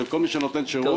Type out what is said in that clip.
של כל מי שנותן שירות,